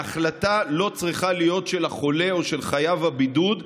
ההחלטה לא צריכה להיות של החולה או של חייב הבידוד,